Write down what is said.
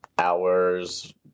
hours